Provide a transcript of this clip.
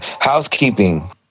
housekeeping